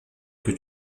que